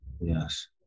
yes